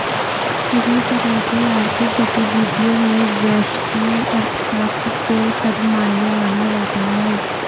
सभी तरह की आर्थिक गतिविधियों में व्यष्टि अर्थशास्त्र को सर्वमान्य माना जाता है